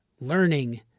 learning